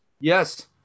Yes